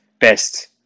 best